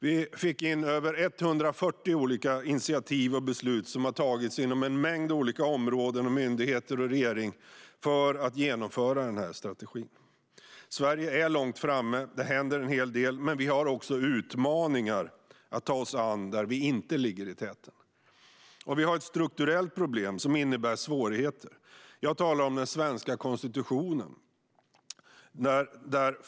Vi fick in över 140 olika initiativ och beslut som har tagits inom en mängd olika områden av myndigheter och regeringen för att genomföra strategin. Sverige är långt framme, och det händer en hel del. Men vi har också utmaningar att ta oss an där vi inte ligger i täten. Vi har ett strukturellt problem som innebär svårigheter. Jag talar om den svenska konstitutionen.